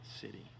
city